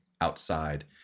Outside